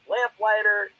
Lamplighter